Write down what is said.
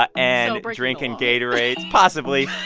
ah and drinking gatorades possibly,